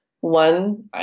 one